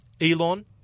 Elon